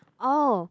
oh